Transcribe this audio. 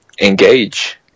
engage